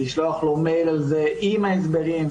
לשלוח לו מייל על זה עם ההסברים,